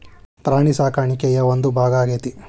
ಪ್ರಾಣಿ ಸಾಕಾಣಿಕೆಯ ಒಂದು ಭಾಗಾ ಆಗೆತಿ